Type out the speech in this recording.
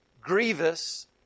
grievous